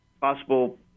possible